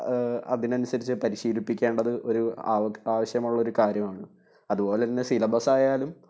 അതിനനുസരിച്ച് പരിശീലിപ്പിക്കേണ്ടത് ഒരു ആവശ്യമുള്ളൊരു കാര്യമാണ് അതുപോലെതന്നെ സിലബസ്സ് ആയാലും